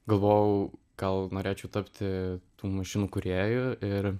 galvojau gal norėčiau tapti tų mašinų kūrėju ir